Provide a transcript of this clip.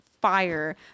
fire